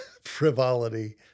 frivolity